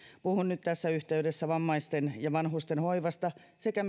puhun nyt tässä yhteydessä vammaisten ja vanhusten hoivasta sekä